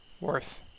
Worth